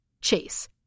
Chase